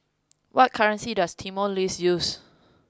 what currency does Timor Leste use